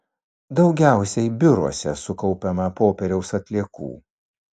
daugiausiai biuruose sukaupiama popieriaus atliekų